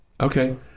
okay